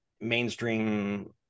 mainstream